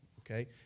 okay